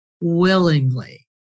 willingly